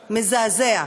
מזעזע.